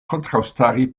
kontraŭstari